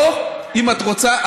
או אם את רוצה,